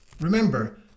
Remember